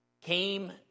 came